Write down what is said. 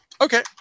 Okay